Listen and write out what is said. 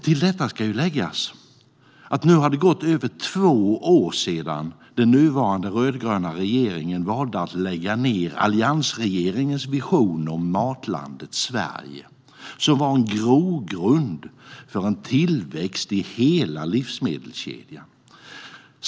Till detta ska läggas att det nu har gått över två år sedan den nuvarande rödgröna regeringen valde att lägga ned alliansregeringens vision om Matlandet Sverige, som var en grogrund för tillväxt i hela livsmedelskedjan.